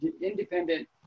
independent